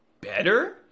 Better